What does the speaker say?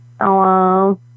Hello